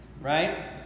Right